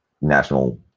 national